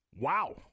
Wow